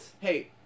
hey